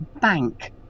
bank